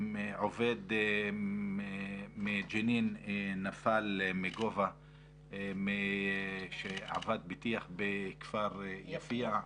עובד מג'נין נפל מגובה כשעבד בטיח בכפר יפיע,